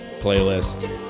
playlist